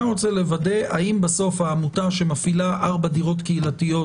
רוצה לוודא האם בסוף העמותה שמפעילה 4 דירות קהילתיות